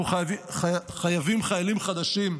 אנחנו חייבים חיילים חדשים,